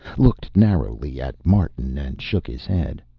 looked narrowly at martin, and shook his head.